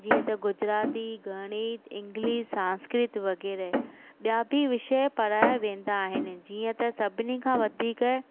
जीअं त गुजराती गणित इंग्लिश संस्कृत वग़ैरह ॿिया बि विषय पढ़ाया वेंदा आहिनि जीअं त सभिनी खां वधीक